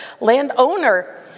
landowner